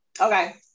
Okay